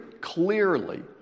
clearly